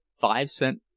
Five-Cent